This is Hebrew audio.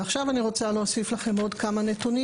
ועכשיו אני רוצה להוסיף לכם עוד כמה נתונים,